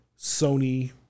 Sony